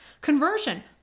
Conversion